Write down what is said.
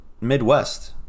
midwest